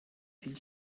viel